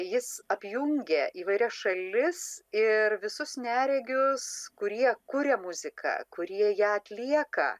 jis apjungia įvairias šalis ir visus neregius kurie kuria muziką kurie ją atlieka